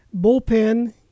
bullpen